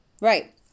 right